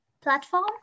platform